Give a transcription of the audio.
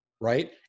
Right